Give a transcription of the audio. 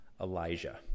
Elijah